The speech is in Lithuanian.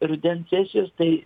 rudens sesijos tai